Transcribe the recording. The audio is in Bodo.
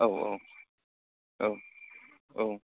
औ औ औ औ